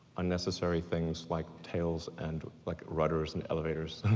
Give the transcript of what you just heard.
unnecessary things, like tails and like rudders and elevators.